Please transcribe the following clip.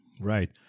right